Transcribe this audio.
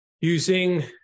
Using